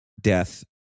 death